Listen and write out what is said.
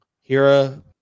Hira